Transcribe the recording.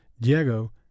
Diego